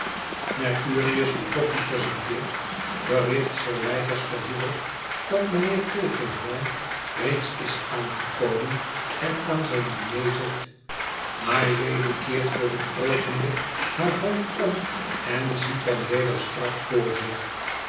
mercurius die koffie presenteert bericht sir leicester hierop dat mijnheer tulkinghorn reeds is aangekomen en aan zijn diner zit mylady keert voor een oogenblik haar hoofd om en ziet dan weder strak voor zich